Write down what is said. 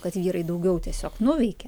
kad vyrai daugiau tiesiog nuveikė